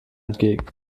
entgegen